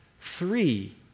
Three